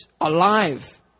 alive